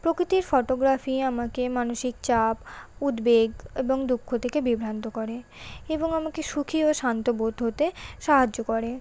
প্রকৃতির ফোটোগ্রাফি আমাকে মানসিক চাপ উদ্বেগ এবং দুঃখ থেকে বিভ্রান্ত করে এবং আমাকে সুখী ও শান্তবোধ হতে সাহায্য করে